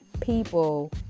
people